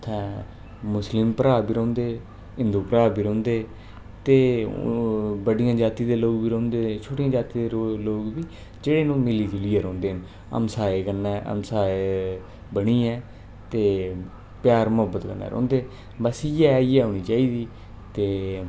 उत्थैं मुस्लिम भ्राऽ बी रौंह्दे हे हि्ंदू भ्राऽ बी रौंह्दे ते ओह् बड्डियें जातियें दे लोग बी रौंह्दे हे छोटियें जातियें दे बी रोग लोग बी चैन कन्नै मिली जुलियै रौंह्दे न हमसाये कन्नै हमसाये बनियै ते प्यार मोह्बत कन्नै रौंह्दे बस्स इ'यै इ'यै होनी चाहि्दी ते